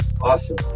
Awesome